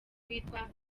bita